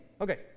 Okay